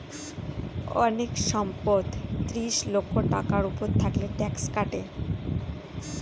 অনেক সম্পদ ত্রিশ লক্ষ টাকার উপর থাকলে ট্যাক্স কাটে